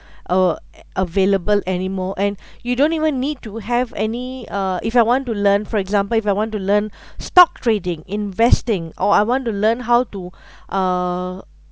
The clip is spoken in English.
uh available anymore and you don't even need to have any uh if I want to learn for example if I want to learn stock trading investing or I want to learn how to uh